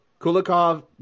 Kulikov